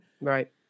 Right